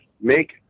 make